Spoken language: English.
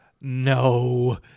no